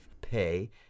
pay